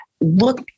look